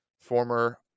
Former